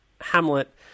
Hamlet